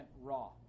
raw